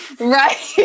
right